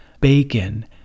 bacon